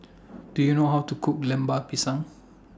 Do YOU know How to Cook Lemper Pisang